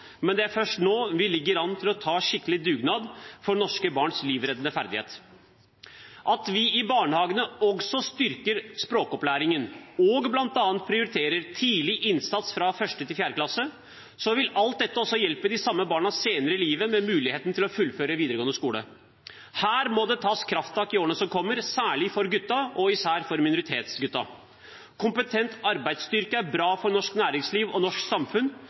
men det er først nå vi ligger an til å ta en skikkelig dugnad for norske barns livreddende ferdighet. At vi også styrker språkopplæringen i barnehagene og bl.a. prioriterer tidlig innsats fra 1. til 4. klasse, vil hjelpe de samme barna senere i livet med muligheten til å fullføre videregående skole. Her må det tas krafttak i årene som kommer, særlig for gutta og især for minoritetsgutta. Kompetent arbeidsstyrke er bra for norsk næringsliv og norsk samfunn,